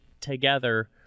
together